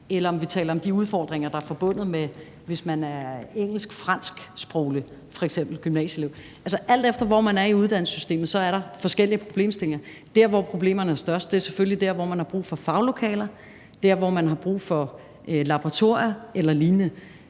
eller om vi taler om de udfordringer, der er forbundet med at være engelsk-fransk-sproglig gymnasieelev. Altså, alt efter hvor man er i uddannelsessystemet, er der forskellige problemstillinger. Der, hvor problemerne er størst, er selvfølgelig der, hvor man har brug for faglokaler, hvor man har brug for laboratorier eller lignende.